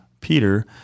Peter